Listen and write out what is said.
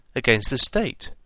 against the state?